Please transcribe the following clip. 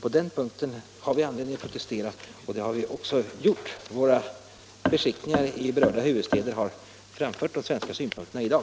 På den punkten har vi anledning att protestera, och det har vi också gjort. Våra beskickningar i berörda huvudstäder har framfört de svenska synpunkterna i dag.